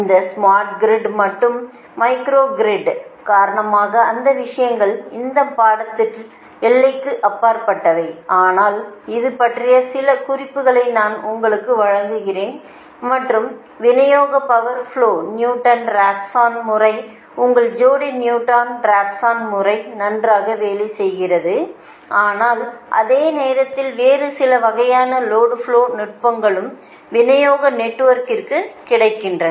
இந்த smart grid மற்றும் micro grid காரணமாக அந்த விஷயங்கள் இந்த பாடத்திட்டத்தின் எல்லைக்கு அப்பாற்பட்டவை ஆனால் இது பற்றிய சில குறிப்புகளை நான் உங்களுக்கு வழங்குகிறேன் மற்றும் விநியோக பவா் ஃப்லோ நியூட்டன் ராப்சன் முறை உங்கள் ஜோடி நியூட்டன் ராஃப்சன் முறை நன்றாக வேலை செய்கிறது ஆனால் அதே நேரத்தில் வேறு சில வகையான லோடு ஃப்லோ நுட்பங்களும் விநியோக நெட்வொர்க்கிற்கு கிடைக்கின்றன